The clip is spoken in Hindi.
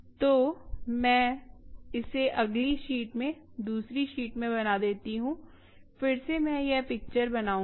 तो मैं इसे अगली शीट में दूसरी शीट में बना देती हूं फिर से मैं यह पिक्चर बनाऊंगी